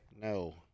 No